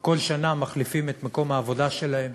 כל שנה מחליפים את מקום העבודה שלהם,